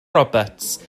roberts